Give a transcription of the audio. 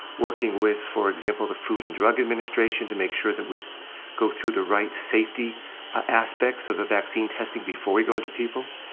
working with, for example, the food and drug administration to make sure that we go through the right safety aspects of the vaccine testing before we go into people.